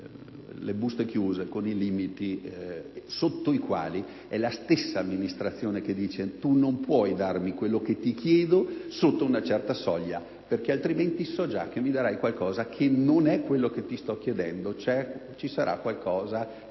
le buste chiuse con i limiti minimi, in cui è la stessa amministrazione che dice: «Tu non puoi darmi quello che ti chiedo sotto una certa soglia, perché altrimenti so già che mi darai qualcosa che non è quello che ti sto chiedendo e che ci sarà qualcosa che